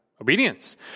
obedience